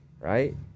right